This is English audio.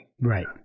Right